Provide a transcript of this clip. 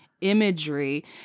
imagery